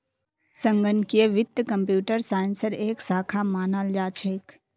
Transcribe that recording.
संगणकीय वित्त कम्प्यूटर साइंसेर एक शाखा मानाल जा छेक